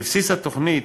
בבסיס התוכנית,